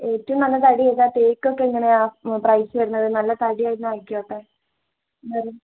ഏറ്റം നല്ല തടി ചെയത തേക്കൊക്കെ എങ്ങനെയാ പ്രൈസ് വെരുന്നത് നല്ല തടിയായിയിരുന്നു അയക്കോട്ടെ